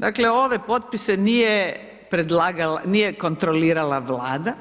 Dakle, ove potpise nije predlagala, nije kontrolirala Vlada,